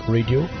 Radio